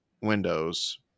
windows